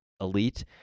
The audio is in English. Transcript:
elite